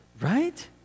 Right